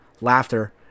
laughter